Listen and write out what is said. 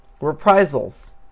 reprisals